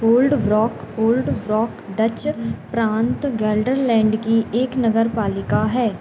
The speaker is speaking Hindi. ओल्डब्रूक ओल्डब्रूक डच प्रान्त गेल्डरलैण्ड की एक नगरपालिका है